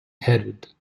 headed